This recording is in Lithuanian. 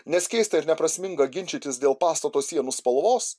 nes keista ir neprasminga ginčytis dėl pastato sienų spalvos